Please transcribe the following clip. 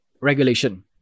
regulation